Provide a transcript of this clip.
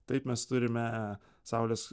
taip mes turime saulės